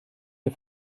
der